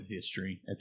history